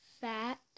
fat